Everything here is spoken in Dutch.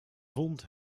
vond